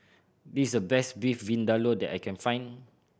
this is the best Beef Vindaloo that I can find